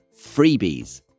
freebies